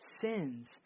sins